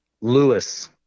Lewis